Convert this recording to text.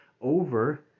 over